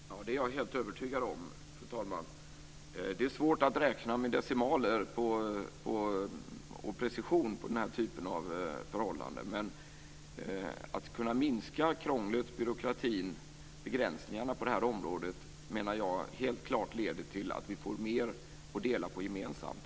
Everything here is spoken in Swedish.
Fru talman! Det är jag helt övertygad om. Det är svårt att räkna med decimaler och precision på den här typen av förhållanden, men jag menar att om man kan minska krånglet, byråkratin och begränsningarna på det här området kommer det helt klart att leda till att vi får mer att dela på gemensamt.